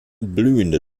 blühende